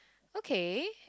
okay